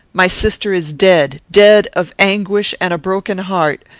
my sister is dead dead of anguish and a broken heart.